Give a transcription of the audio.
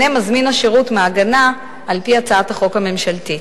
התקיימה על זה ישיבה בלשכתי לפני כחודשיים,